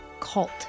cult